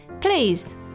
Please